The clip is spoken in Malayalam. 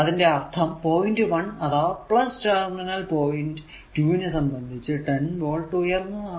അതിന്റെ അർഥം പോയിന്റ് 1 അഥവാ ടെർമിനൽ പോയിന്റ് 2 നെ സംബന്ധിച്ചു 10 വോൾട് ഉയർന്നതാണ്